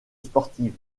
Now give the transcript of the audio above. sportive